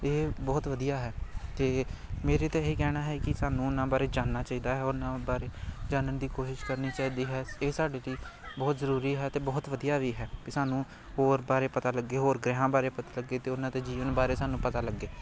ਇਹ ਬਹੁਤ ਵਧੀਆ ਹੈ ਅਤੇ ਮੇਰੀ ਤਾਂ ਇਹੀ ਕਹਿਣਾ ਹੈ ਕਿ ਸਾਨੂੰ ਉਹਨਾਂ ਬਾਰੇ ਜਾਣਨਾ ਚਾਹੀਦਾ ਹੈ ਉਹਨਾਂ ਬਾਰੇ ਜਾਣਨ ਦੀ ਕੋਸ਼ਿਸ਼ ਕਰਨੀ ਚਾਹੀਦੀ ਹੈ ਇਹ ਸਾਡੇ ਦੀ ਬਹੁਤ ਜ਼ਰੂਰੀ ਹੈ ਅਤੇ ਬਹੁਤ ਵਧੀਆ ਵੀ ਹੈ ਕਿ ਸਾਨੂੰ ਹੋਰ ਬਾਰੇ ਪਤਾ ਲੱਗੇ ਹੋਰ ਗ੍ਰਹਿਆਂ ਬਾਰੇ ਪਤਾ ਲੱਗੇ ਅਤੇ ਉਹਨਾਂ 'ਤੇ ਜੀਵਨ ਬਾਰੇ ਸਾਨੂੰ ਪਤਾ ਲੱਗੇ